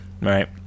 right